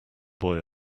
boy